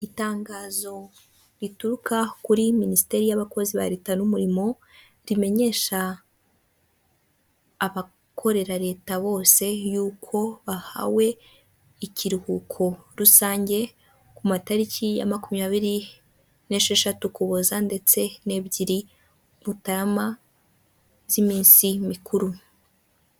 Itangazo rituruka kuri minisiteri y'abakozi ba Leta n'umurimo rimenyesha abakorera Leta bose y'uko bahawe ikiruhuko rusange ku matariki ya makumyabiri n'esheshatu, Ukuboza ndetse n'ebyiri Mutarama by'iminsi mikuru.